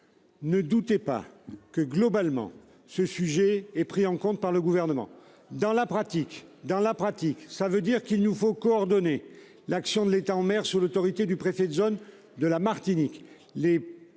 Ne doutait pas que globalement ce sujet est pris en compte par le gouvernement dans la pratique dans la pratique ça veut dire qu'il nous faut coordonner l'action de l'État en mer sous l'autorité du préfet de zone de la Martinique.